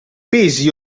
pesi